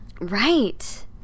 Right